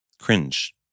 Cringe